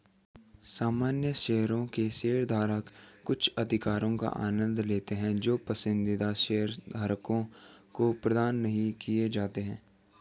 सामान्य शेयरों के शेयरधारक कुछ अधिकारों का आनंद लेते हैं जो पसंदीदा शेयरधारकों को प्रदान नहीं किए जाते हैं